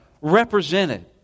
represented